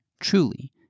Truly